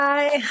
Bye